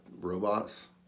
robots